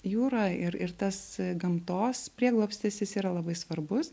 jūra ir ir tas gamtos prieglobstis jis yra labai svarbus